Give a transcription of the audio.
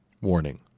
Warning